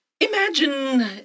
Imagine